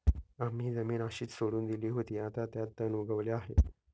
आम्ही जमीन अशीच सोडून दिली होती, आता त्यात तण उगवले आहे